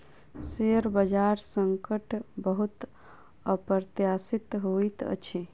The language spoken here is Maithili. शेयर बजार संकट बहुत अप्रत्याशित होइत अछि